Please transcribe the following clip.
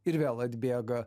ir vėl atbėga